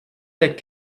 that